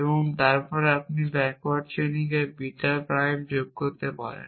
এবং তারপর আপনি ব্যাকওয়ার্ড চেইনিং এ বিটা প্রাইম যোগ করতে পারেন